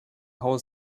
how